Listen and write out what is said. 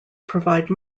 provide